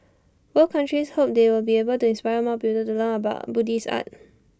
both countries hope they will be able to inspire more people to learn about Buddhist art